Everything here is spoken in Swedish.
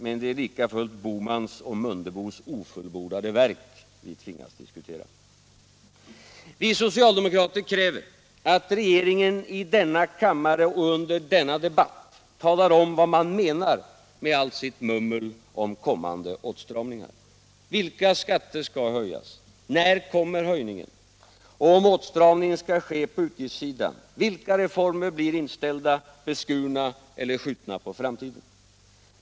Men det är likafullt Bohmans och Mundebos ofullbordade verk vi tvingas diskutera. Vi socialdemokrater kräver att regeringen i denna kammare och under denna debatt talar om vad den menar med allt sitt mummel om kommande åtstramningar. Vilka skatter skall höjas? När kommer höjningen? Och om åtstramningen skall ske på utgiftssidan, vilka reformer blir inställda, beskurna eller skjutna på framtiden?